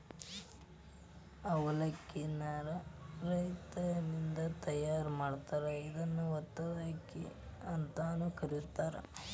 ಅವಲಕ್ಕಿ ನ ರಾ ರೈಸಿನಿಂದ ತಯಾರ್ ಮಾಡಿರ್ತಾರ, ಇದನ್ನ ಒತ್ತಿದ ಅಕ್ಕಿ ಅಂತಾನೂ ಕರೇತಾರ